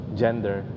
gender